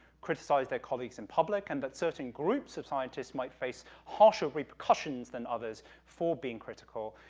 criticize their colleagues in public, and that certain groups of scientists might face harsher repercussions than others for being critical.